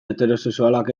heterosexualak